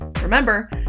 Remember